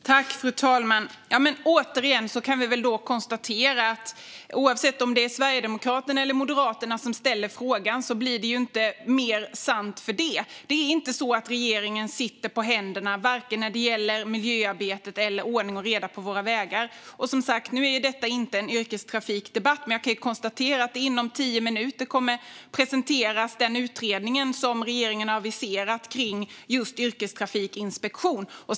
Fru talman! Återigen konstaterar jag att oavsett om Sverigedemokraterna eller Moderaterna ställer frågan blir det inte mer sant. Regeringen sitter inte på händerna vare sig i miljöarbetet eller när det gäller ordning och reda på våra vägar. Detta är ingen yrkestrafikdebatt, men inom tio minuter kommer den utredning som regeringen har aviserat om just yrkestrafikinspektion att presenteras.